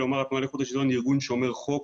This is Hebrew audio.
לומר שהתנועה לאיכות השליטון הוא ארגון שומר חוק,